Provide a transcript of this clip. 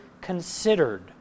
considered